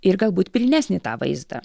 ir galbūt pilnesnį tą vaizdą